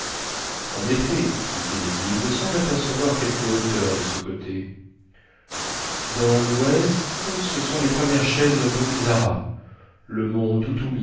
en effet dit kennedy il me semble apercevoir quelques hauteurs de ce côté dans l'ouest ce sont les premières chaînes d'ourizara le mont